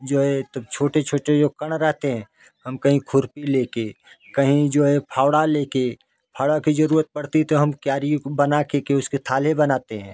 जो छोटे छोटे जो कण रहते है हम कही खुरपी ले के कही जो है फावड़ा ले के फावड़ा की जरूरत पड़ती तो हम कियारी बना कर के उसके थाले बनाते हैं